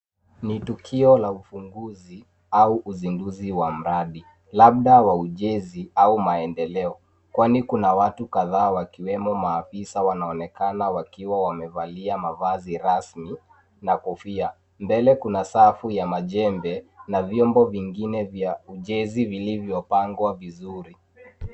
Ni tukio la ufunguzi au uzinduzi wa mradi, labda wa ujenzi au maendeleo, kwani kuna watu kadhaa wakiwemo maafisa wanaonekana wakiwa wamevalia mavazi rasmi na kofia. Mbele kuna safu ya majembe na vyombo vingine vya ujenzi vilivyopangwa vizuri.